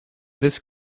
this